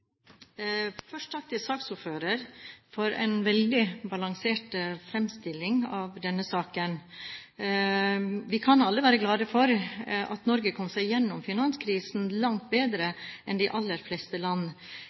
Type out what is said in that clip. Først takk til saksordføreren for en veldig balansert fremstilling av denne saken. Vi kan alle være glade for at Norge kom seg gjennom finanskrisen langt bedre enn de aller fleste land.